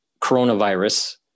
coronavirus